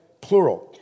Plural